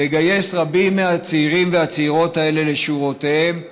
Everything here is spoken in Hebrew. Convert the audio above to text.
לגייס רבים מהצעירים והצעירות האלה לשורותיהם.